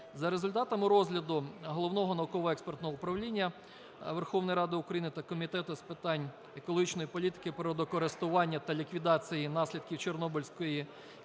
За результатами розгляду Головного науково-експертного управління Верховної Ради України та Комітету з питань екологічної політики, природокористування та ліквідації наслідків Чорнобильської катастрофи